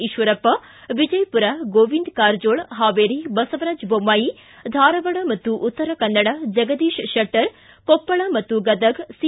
ಈಶ್ವರಪ್ಪ ವಿಜಯಪುರ ಗೋವಿಂದ ಕಾರಜೋಳ ಹಾವೇರಿ ಬಸವರಾಜ ಬೊಮ್ಮಾಯಿ ಧಾರವಾಡ ಮತ್ತು ಉತ್ತರ ಕನ್ನಡ ಜಗದೀತ ಶೆಟ್ಟರ್ ಕೊಪ್ಪಳ ಮತ್ತು ಗದಗ ಸಿ